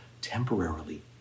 temporarily